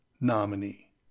nominee